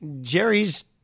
Jerry's